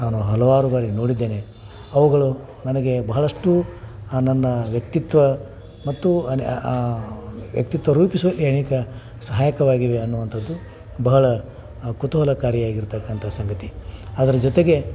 ನಾನು ಹಲವಾರು ಬಾರಿ ನೋಡಿದ್ದೇನೆ ಅವುಗಳು ನನಗೆ ಬಹಳಷ್ಟು ಆ ನನ್ನ ವ್ಯಕ್ತಿತ್ವ ಮತ್ತು ಅನ್ ವ್ಯಕ್ತಿತ್ವ ರೂಪಿಸುವ ಸಹಾಯಕವಾಗಿವೆ ಅನ್ನುವಂಥದ್ದು ಬಹಳ ಕುತುಹಲಕಾರಿ ಆಗಿರತಕ್ಕಂಥ ಸಂಗತಿ ಅದ್ರ ಜೊತೆಗೆ